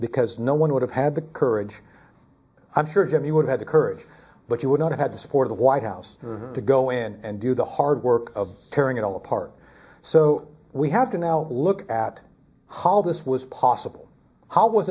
because no one would have had the courage i'm sure jimi would have occurred but you would not have had the support of the white house to go in and do the hard work of tearing it all apart so we have to now look at how this was possible how was